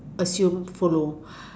assume follow